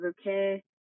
okay